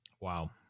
Wow